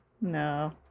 No